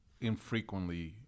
infrequently